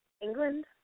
England